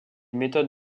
méthodes